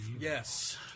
Yes